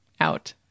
out